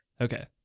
Okay